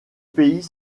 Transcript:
pays